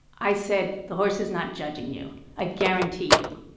i said, the horse is not judging you. i guarantee you.